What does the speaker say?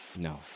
No